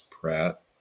Pratt